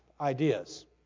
ideas